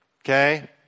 okay